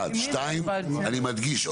אני מדגיש,